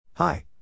Hi